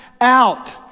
out